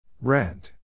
Rent